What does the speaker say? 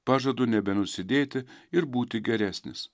pažadu nebenusidėti ir būti geresnis